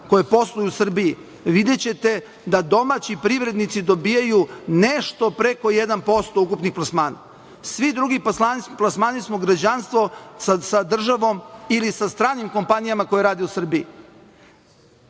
koje posluju u Srbiji, videćete da domaći privrednici dobijaju nešto preko 1% ukupnih plasmana. Svi drugi plasmani smo građanstvo sa državom ili sa stranim kompanijama koje rade u Srbiji.